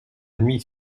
nuit